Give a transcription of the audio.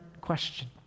question